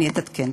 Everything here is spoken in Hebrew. אני אתעדכן.